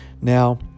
Now